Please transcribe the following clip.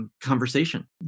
conversation